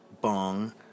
bong